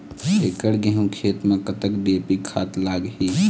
एकड़ गेहूं खेत म कतक डी.ए.पी खाद लाग ही?